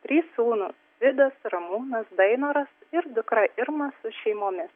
trys sūnūs vidas ramūnas dainoras ir dukra irma su šeimomis